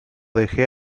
dejé